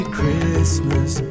Christmas